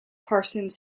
parsons